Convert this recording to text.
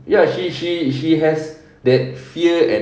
ya she she she has that fear and